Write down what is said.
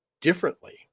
differently